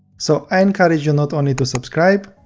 so, i encourage you not only to subscribe,